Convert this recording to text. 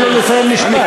תנו לו לסיים משפט.